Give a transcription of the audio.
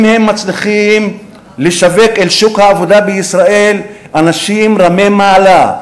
אם הם מצליחים לשווק אל שוק העבודה בישראל אנשים רמי-מעלה,